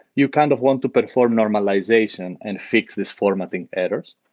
you kind of want to perform normalization and fix these formatting errors,